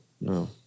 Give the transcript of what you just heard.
no